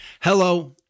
Hello